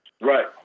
Right